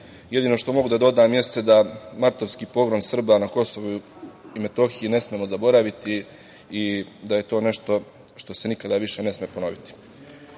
jedino što mogu da dodam jeste da martovski pogrom Srba na Kosovu i Metohiji ne smemo zaboraviti i da je to nešto što se ne sme nikada više ponoviti. Pre